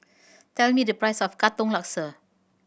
tell me the price of Katong Laksa